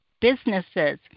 businesses